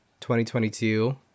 2022